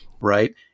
Right